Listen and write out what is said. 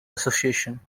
association